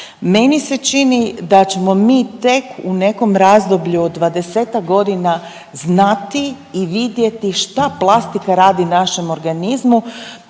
Meni se čini da ćemo mi tek u nekom razdoblju od 20-ak godina znati i vidjeti šta plastika radi našem organizmu